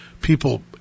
people